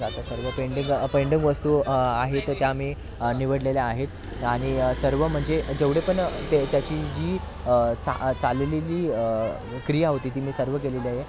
आता सर्व pending pending वस्तू आहे तर त्या मी निवडलेल्या आहेत आणि सर्व म्हणजे जेवढे पण त्याची जी चाललेली क्रिया होती ती मी सर्व केलेली आहे